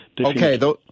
Okay